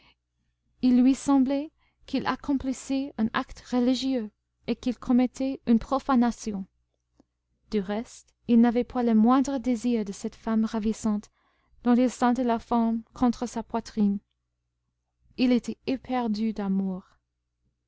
il lui semblait qu'il accomplissait un acte religieux et qu'il commettait une profanation du reste il n'avait pas le moindre désir de cette femme ravissante dont il sentait la forme contre sa poitrine il était éperdu d'amour